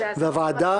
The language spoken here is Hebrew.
זה האזנות